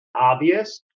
obvious